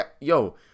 Yo